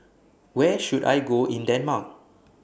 Where should I Go in Denmark